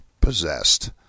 possessed